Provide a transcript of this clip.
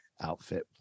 outfit